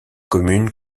commune